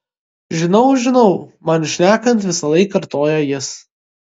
žinau žinau man šnekant visąlaik kartoja jis